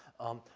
um,